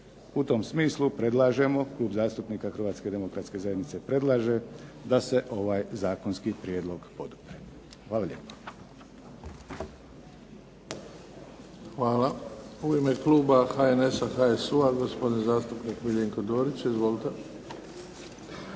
U tom smislu predlažemo, Klub zastupnika Hrvatske demokratske zajednice predlaže da se ovaj zakonski prijedlog podupre. Hvala lijepo. **Bebić, Luka (HDZ)** Hvala. U ime kluba HNS-a, HSU-a gospodin zastupnik Miljenko Dorić. Izvolite.